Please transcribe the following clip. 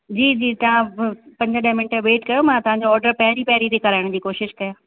जी जी तव्हां बि पंज ॾ मिन्ट वेट कयो मां तव्हांजो ऑडर पहिरीं पहिरीं थी कराइण जी कोशिशि कयां